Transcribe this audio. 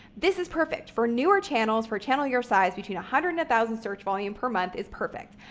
this is perfect for newer channels, for a channel your size, between a hundred and a thousand search volume per month is perfect.